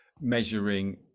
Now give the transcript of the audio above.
measuring